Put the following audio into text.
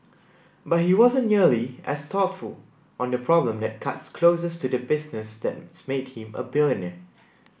but he wasn't nearly as thoughtful on the problem that cuts closest to the business that's made him a billionaire